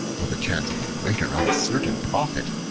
for the chance of a greater uncertain profit,